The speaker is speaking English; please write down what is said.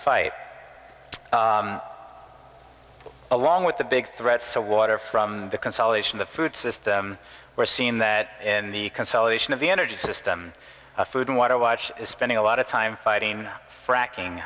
fight along with the big threats the water from the consolidation the food system we're seeing that in the consolidation of the energy system of food and water watch is spending a lot of time fighting fracking